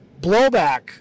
blowback